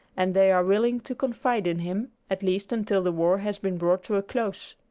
and they are willing to confide in him, at least until the war has been brought to a close.